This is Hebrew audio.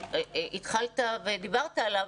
שהתחלת ודיברת עליו.